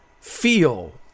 feel